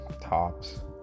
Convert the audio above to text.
tops